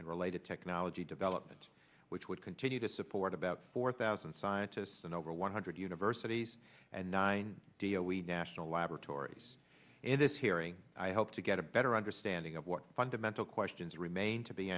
and related technology development which would continue to support about four thousand scientists and over one hundred universities and nine d o we national laboratories in this hearing i hope to get a better understanding of what fundamental questions remain to be